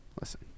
Listen